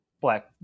Black